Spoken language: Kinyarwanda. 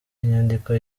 inyandiko